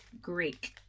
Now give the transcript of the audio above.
Greek